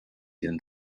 den